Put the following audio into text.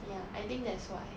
ya I think that's why